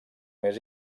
mes